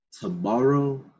tomorrow